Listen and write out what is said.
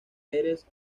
eres